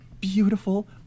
beautiful